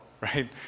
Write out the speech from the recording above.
right